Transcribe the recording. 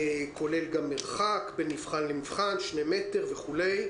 כולל מרחק בין נבחן לנבחן, שני מטר, וכו'.